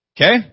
Okay